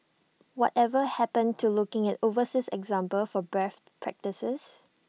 whatever happened to looking at overseas examples for best practices